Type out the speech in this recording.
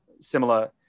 similar